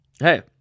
hey